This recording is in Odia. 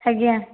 ଆଜ୍ଞା